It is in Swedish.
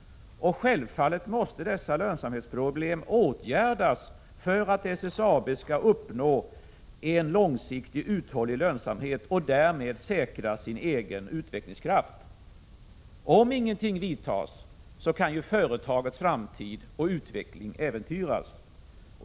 Självfallet måste dessa lönsamhetsproblem åtgärdas för att SSAB skall kunna uppnå en långsiktig uthållig lönsamhet och därmed säkra sin egen utveckling. Om ingenting görs kan företagets långsiktiga utveckling äventyras.